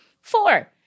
Four